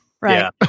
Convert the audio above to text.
Right